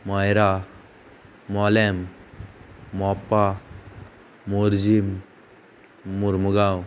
Moira Mollem Mopa Morjim Mormugao